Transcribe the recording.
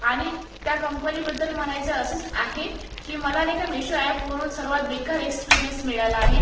आणि त्या कंपनीबद्दल म्हणायचं असंच आहे की मला नाही का मेशो अॅपवरून सर्वात बेक्कार एक्सपिरीअन्स मिळाला आहे